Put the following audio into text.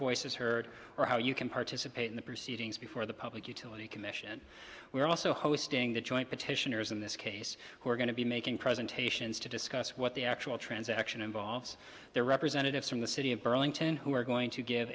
voices heard or how you can participate in the proceedings before the public utility commission we are also hosting the joint petitioners in this case who are going to be making presentations to discuss what the actual transaction involves their representatives from the city of burlington who are going to give